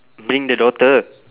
bring the daughter